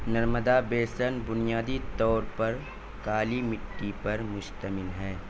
Narmada basin بنیادی طور پر کالی مٹی پر مشتمل ہے